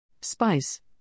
Spice